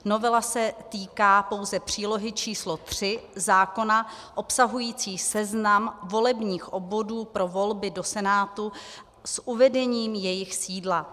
Novela se týká pouze přílohy č. 3 zákona obsahující seznam volebních obvodů pro volby do Senátu s uvedením jejich sídla.